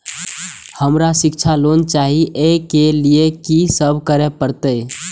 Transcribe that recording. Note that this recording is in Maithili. हमरा शिक्षा लोन चाही ऐ के लिए की सब करे परतै?